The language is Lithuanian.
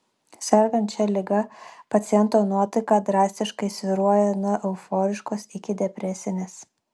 sergant šia liga paciento nuotaika drastiškai svyruoja nuo euforiškos iki depresinės